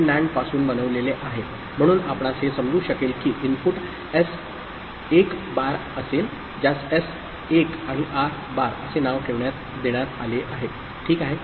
हे NAND पासून बनविलेले आहे म्हणून आपणास हे समजू शकेल की इनपुट S 1 बार असेल ज्यास S 1 आणि R बार असे नाव देण्यात आले आहे ठीक आहे